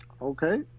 Okay